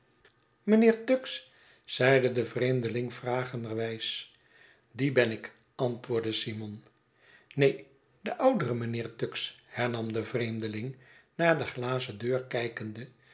mijnheer tuggs zeide de vreemdeling vragenderwijs die ben ik antwoordde simon neen de oudere mijnheer tuggs hernam de vreemdeling naar de glazen deur kijkende